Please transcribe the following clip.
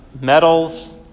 Medals